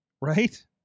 right